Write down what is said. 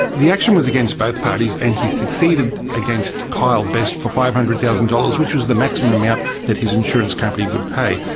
the action was against both parties, and he succeeded against kyle best for five hundred thousand dollars, which was the maximum amount that his insurance company would pay.